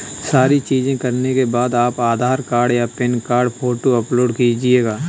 सारी चीजें करने के बाद आप आधार कार्ड या पैन कार्ड फोटो अपलोड कीजिएगा